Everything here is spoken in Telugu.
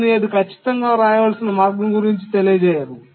కానీ అది ఖచ్చితంగా వ్రాయవలసిన మార్గం గురించి తెలియజేయదు